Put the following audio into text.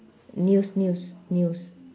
news news news